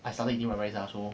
I started eating white rice lah so